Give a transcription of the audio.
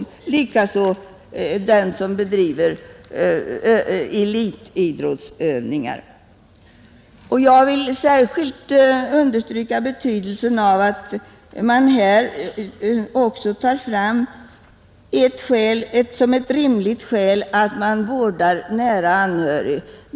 Rimliga skäl skall också anses föreligga för den som bedriver elitidrottsövningar. Jag vill särskilt understryka betydelsen av att ett rimligt skäl anses vara att man vårdar nära anhörig.